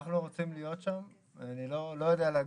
אנחנו רוצים להיות שם ואני לא יודע להגיד.